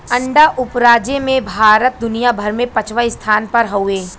अंडा उपराजे में भारत दुनिया भर में पचवां स्थान पर हउवे